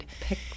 pick